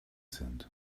sind